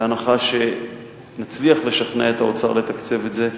בהנחה שנצליח לשכנע את האוצר לתקצב את זה,